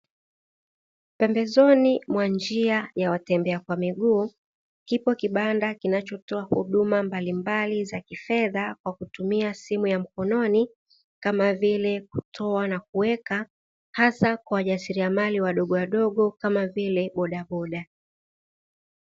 Pembezoni mwa njia ya watembea kwa miguu kipo kibanda kinachotoa huduma mbalimbali za kifedha, kwa kutumia simu ya mkononi kama vile kutoa na kuweka hasa kwa wajasiliamari wadogo wadogo kama vile bodaboda.